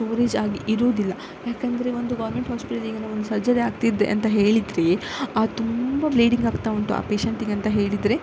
storage ಆಗಿ ಇರುವುದಿಲ್ಲ ಯಾಕಂದರೆ ಒಂದು ಗೋರ್ಮೆಂಟ್ ಹಾಸ್ಪಿಟಲಲ್ಲಿ ಈಗ ನಾವು ಒಂದು ಸರ್ಜರಿ ಆಗ್ತಿದೆ ಅಂತ ಹೇಳಿದರೆ ಆ ತುಂಬ ಬ್ಲೀಡಿಂಗ್ ಆಗ್ತಾ ಉಂಟು ಆ ಪೇಶೆಂಟಿಗೆ ಅಂತ ಹೇಳಿದರೆ